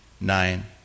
nine